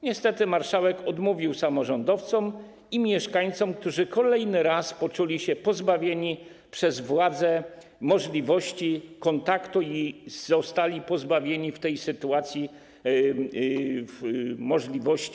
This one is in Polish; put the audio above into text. Niestety, marszałek odmówił samorządowcom i mieszkańcom, którzy kolejny raz poczuli się pozbawieni przez władzę możliwości kontaktu i zostali pozbawieni transportu.